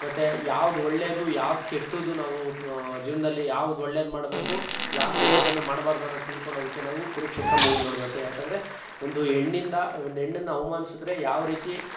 ಮತ್ತು ಯಾವ್ದು ಒಳ್ಳೇದು ಯಾವ್ದು ಕೆಟ್ಟದ್ದು ನಾವು ಜೀವನದಲ್ಲಿ ಯಾವ್ದು ಒಳ್ಳೇದು ಮಾಡಬೇಕು ಯಾಕೆ ಕೆಟ್ಟದ್ದನ್ನು ಮಾಡಬಾರ್ದು ಅನ್ನೋದು ತಿಳ್ಕೊಳ್ಳೋದಕ್ಕೆ ನಾವು ಕುರುಕ್ಷೇತ್ರ ಮೂವಿ ನೋಡಬೇಕು ಯಾಕೆಂದ್ರೆ ಒಂದು ಹೆಣ್ಣಿಂದ ಒಂದೆಣ್ಣನ್ನು ಅವ್ಮಾನಿಸಿದ್ರೆ ಯಾವ ರೀತಿ